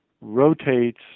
Rotates